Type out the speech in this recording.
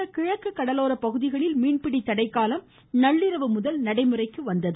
தமிழக கிழக்கு கடலோர பகுதிகளில் மீன் பிடி தடை காலம் நள்ளிரவுமுதல் நடைமுறைக்கு வந்தது